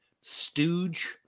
Stooge